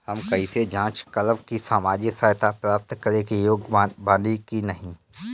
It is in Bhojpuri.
हम कइसे जांच करब कि सामाजिक सहायता प्राप्त करे के योग्य बानी की नाहीं?